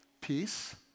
Peace